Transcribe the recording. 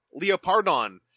Leopardon